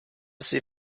jsi